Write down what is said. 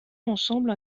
ensemble